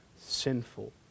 sinful